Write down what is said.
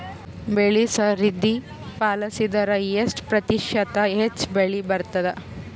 ಬೆಳಿ ಸರದಿ ಪಾಲಸಿದರ ಎಷ್ಟ ಪ್ರತಿಶತ ಹೆಚ್ಚ ಬೆಳಿ ಬರತದ?